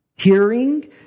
Hearing